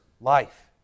life